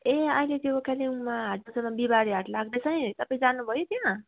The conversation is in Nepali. ए अहिले त्यो कालेबुङमा हाटबजारमा बिहिबारे हाट लाग्दैछ नि तपाईँ जानुभयो त्यहाँ